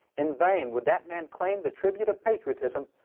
in vain, would that man claim the tribute of patriotism,